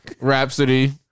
Rhapsody